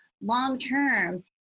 Long-term